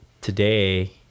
today